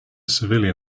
civilian